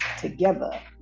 together